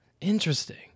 Interesting